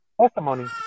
Testimony